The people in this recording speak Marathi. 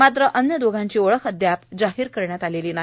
मात्र अन्य दोघांची ओळख अद्याप जाहीर करण्यात आलेली नाही